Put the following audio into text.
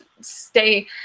stay